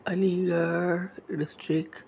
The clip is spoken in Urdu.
علی گڑھ ڈسٹرک